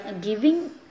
giving